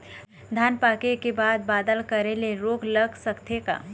धान पाके के बाद बादल करे ले रोग लग सकथे का?